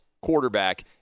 quarterback